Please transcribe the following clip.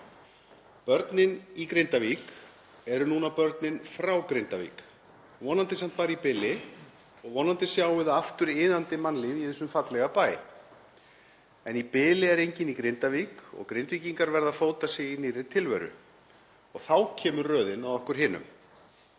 Börnin í Grindavík eru núna börnin frá Grindavík, vonandi samt bara í bili og vonandi sjáum við aftur iðandi mannlíf í þessum fallega bæ. En í bili er enginn í Grindavík og Grindvíkingar verða að fóta sig í nýrri tilveru. Og þá kemur röðin að okkur hinum.